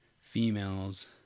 females